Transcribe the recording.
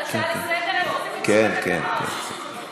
על הצעה לסדר-היום הם, כן, כן, כן.